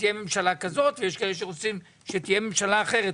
שתהיה קדנציה ארוכה כי הקדנציות הקצרות האלה נותנות את האפשרות,